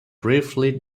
briefly